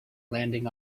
landing